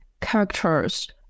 characters